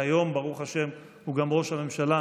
והיום ברוך השם הוא גם ראש הממשלה,